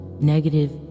negative